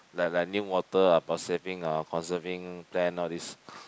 like like Newater about saving uh conserving plan all this